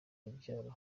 urubyaro